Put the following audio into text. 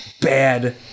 bad